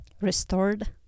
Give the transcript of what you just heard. Restored